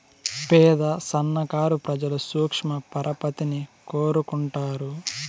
పేద సన్నకారు ప్రజలు సూక్ష్మ పరపతిని కోరుకుంటారు